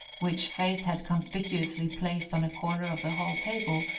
which fate had conspicuously placed on a corner of the hall table,